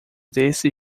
desse